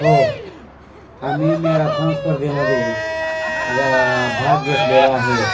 हो आम्ही मॅरथॉन स्पर्धेमध्ये भाग घेतलेला आहे